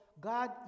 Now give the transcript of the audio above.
God